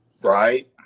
Right